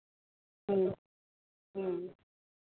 ᱦᱮᱸ ᱦᱮᱸ